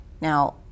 Now